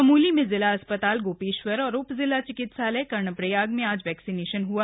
चमोली में जिला अस् ताल गो श्वर और उ जिला चिकित्सालय कर्णप्रयाग में आज वैक्सीनेशन हआ